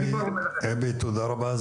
אייבי, תודה רבה.